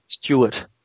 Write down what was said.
Stewart